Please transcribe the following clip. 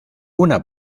una